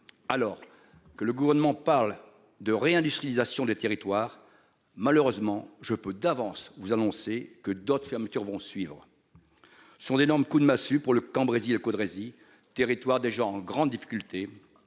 Alors que le gouvernement parle de réindustrialisation des territoires. Malheureusement je peux d'avance vous annoncer que d'autres fermetures vont suivre. Son énorme coup de massue pour le Cambrésis le code Rézi territoire déjà en grande difficulté.